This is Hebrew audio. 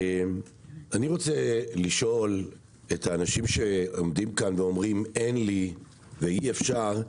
אני רוצה לשאול את האנשים שעומדים כאן ואומרים "אין לי" ו"אי אפשר",